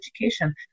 education